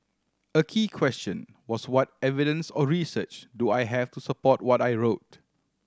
a key question was what evidence or research do I have to support what I wrote